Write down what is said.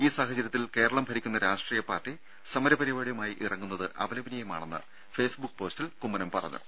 ഈ സാഹചര്യത്തിൽ കേരളം ഭരിക്കുന്ന രാഷ്ട്രീയ പാർട്ടി സമര പരിപാടിയുമായി ഇറങ്ങുന്നത് അപലപനീയമാണെന്ന് ഫെയ്സ്ബുക്ക് പോസ്റ്റിൽ കുമ്മനം പറഞ്ഞു